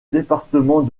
département